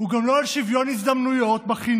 הוא גם לא על שוויון הזדמנויות בחינוך